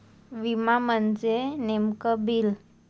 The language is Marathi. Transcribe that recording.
विमा म्हणजे नेमक्या काय आसा?